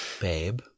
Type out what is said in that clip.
babe